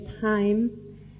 time